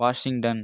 Washington